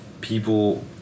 people